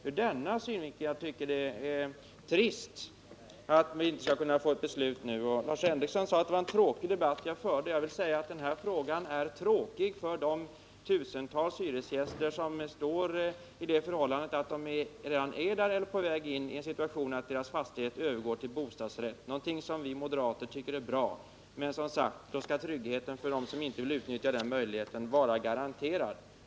Ur denna synvinkel tycker jag det är trist att vi inte skall kunna få ett beslut nu. Lars Henrikson sade att det var en tråkig debatt jag förde. Jag vill då svara att den här frågan är tråkig för de tusentals hyresgäster som redan är i eller är på väg in i en sådan situation att deras fastighet övergår till bostadsrätt. Bostadsrätt är någonting som vi moderater tycker är bra, men då skall som sagt också tryggheten för dem som vill utnyttja den möjligheten vara garanterad.